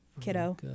kiddo